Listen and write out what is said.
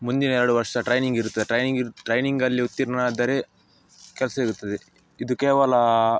ಮುಂದಿನ ಎರಡು ವರ್ಷ ಟ್ರೈನಿಂಗ್ ಇರುತ್ತದೆ ಟ್ರೈನಿಂಗ್ ಇರು ಟ್ರೈನಿಂಗಲ್ಲಿ ಉತ್ತೀರ್ಣರಾದರೆ ಕೆಲಸ ಸಿಗುತ್ತದೆ ಇದು ಕೇವಲ